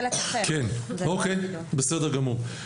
בסדר גמור.